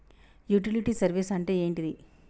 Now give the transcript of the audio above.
Utility service అంటే ఏంటిది?